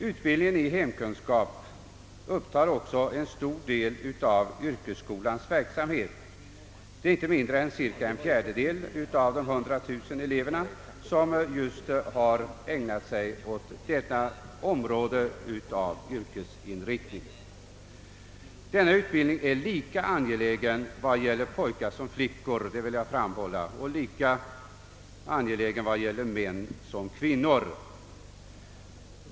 Utbildningen i hemkunskap upptar också en stor del av den nuvarande yrkesskolans verksamhet. Det är inte mindre än cirka en fjärdedel av förra årets 100 000 yrkesskoleelever som ägnat sig åt utbildning på just detta om råde. Jag vill framhålla att denna utbildning är lika angelägen när det gäller pojkar som flickor och lika viktig för både män och kvinnor.